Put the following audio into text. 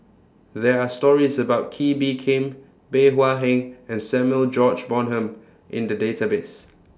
There Are stories about Kee Bee Khim Bey Hua Heng and Samuel George Bonham in The Database